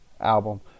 album